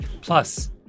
Plus